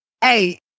Hey